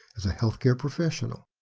as a health care professional,